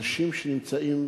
אנשים שנמצאים